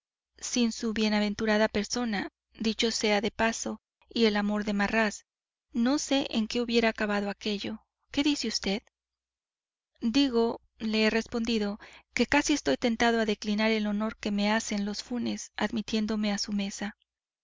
sin su bienaventurada persona dicho sea de paso y el amor de marras no sé en qué hubiera acabado aquello qué dice vd digo le he respondido que casi estoy tentado de declinar el honor que me hacen los funes admitiéndome a su mesa